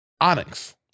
Onyx